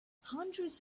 hundreds